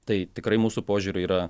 tai tikrai mūsų požiūriu yra